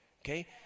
okay